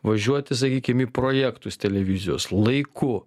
važiuoti sakykim projektus televizijos laiku